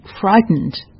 frightened